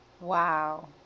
Wow